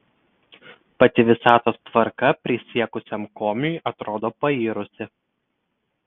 pati visatos tvarka prisiekusiam komiui atrodo pairusi